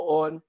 on